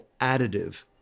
additive